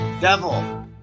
devil